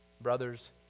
brothers